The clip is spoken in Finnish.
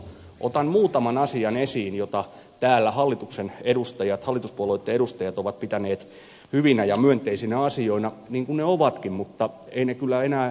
otan muutaman asian esiin joita täällä hallituspuolueitten edustajat ovat pitäneet hyvinä ja myönteisinä asioina niin kuin ne ovatkin mutta eivät ne kyllä enää selvittelystä paljon parane